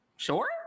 Sure